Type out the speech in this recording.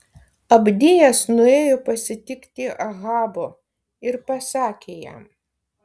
abdijas nuėjo pasitikti ahabo ir pasakė jam